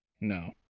No